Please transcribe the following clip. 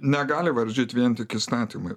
negali varžyt vien tik įstatymai